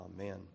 Amen